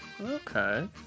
okay